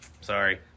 sorry